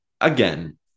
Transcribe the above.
Again